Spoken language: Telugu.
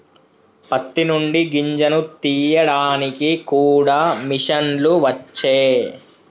పత్తి నుండి గింజను తీయడానికి కూడా మిషన్లు వచ్చే